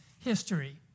history